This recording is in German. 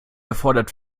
erfordert